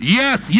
yes